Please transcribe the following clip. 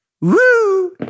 Woo